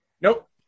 Nope